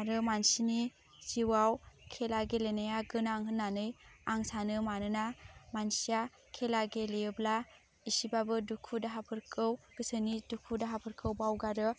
आरो मानसिनि जिउआव खेला गेलेनाया गोनां होन्नानै आं सानो मानोना मानसिया खेला गेलेयोब्ला एसेबाबो दुखु दाहाफोरखौ गोसोनि दुखु दाहाफोरखौ बावगारो